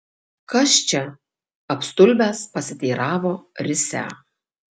kas čia apstulbęs pasiteiravo risią